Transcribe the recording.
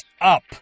up